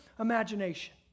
imagination